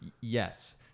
Yes